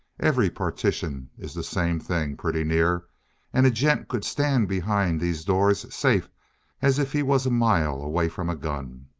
every partition is the same thing, pretty near and a gent could stand behind these doors safe as if he was a mile away from a gun.